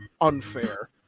unfair